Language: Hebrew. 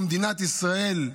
במדינת ישראל,